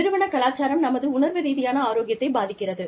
நிறுவன கலாச்சாரம் நமது உணர்வு ரீதியான ஆரோக்கியத்தைப் பாதிக்கிறது